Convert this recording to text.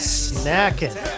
snacking